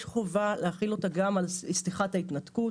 יש חובה להחיל אותה גם על שיחת ההתנתקות